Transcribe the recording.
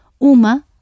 Uma